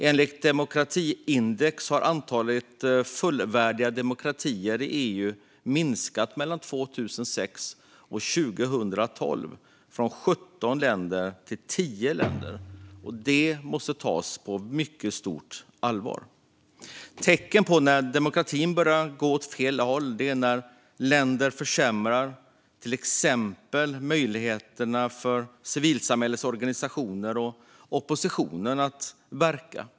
Enligt demokratiindex har antalet fullvärdiga demokratier i EU minskat mellan 2006 och 2022 från 17 till 10. Det måste tas på stort allvar. Tecken på att demokratin börjar gå åt fel håll är när länder till exempel försämrar möjligheterna för civilsamhällets organisationer och oppositionen att verka.